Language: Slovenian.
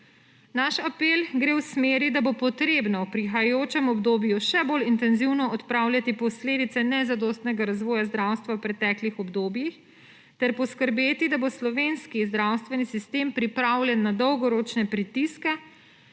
Naš apel gre v smeri, da bo potrebno v prihajajočem obdobju še bolj intenzivno odpravljati posledice nezadostnega razvoja zdravstva v preteklih obdobjih ter poskrbeti, da bo slovenski zdravstveni sistem pripravljen na dolgoročne pritiske,